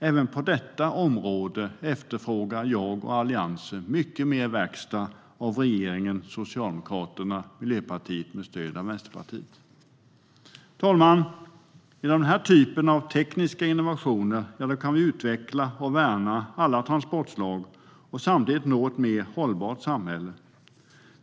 Även på detta område efterfrågar jag och Alliansen mycket mer verkstad av regeringen bestående av Socialdemokraterna och Miljöpartiet med stöd av Vänsterpartiet. Herr talman! Genom den här typen av tekniska innovationer kan vi utveckla och värna alla transportslag och samtidigt nå ett mer hållbart samhälle.